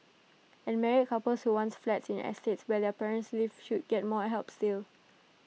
and married couples who want flats in estates where their parents live should get more help still